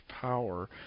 power